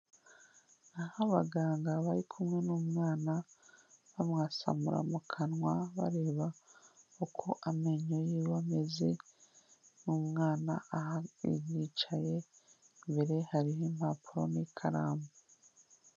Aho abaganga bari kumwe n'umwana, bamwasamura mu kanwa bareba uko amenyo yiwe ameze, umwana yicaye. Imbere hari impapuro n'ikaramu.